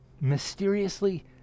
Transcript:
mysteriously